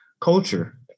culture